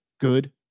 Good